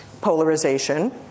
polarization